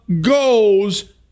goes